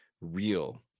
real